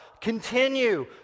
continue